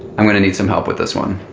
i'm going to need some help with this one.